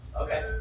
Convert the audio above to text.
Okay